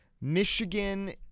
Michigan